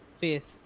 face